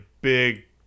big